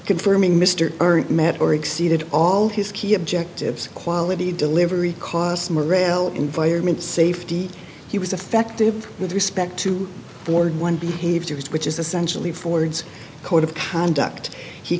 confirming mr met or exceeded all his key objectives quality delivery cost morel environment safety he was affective with respect to board one behaves which is essentially ford's code of conduct he